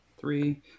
Three